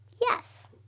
yes